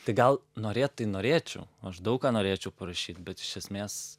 tai gal norėt tai norėčiau aš daug ką norėčiau parašyt bet iš esmės